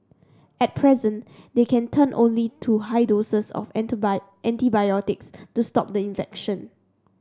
at present they can turn only to high doses of enter buy antibiotics to stop the infection